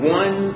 one